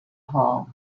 hall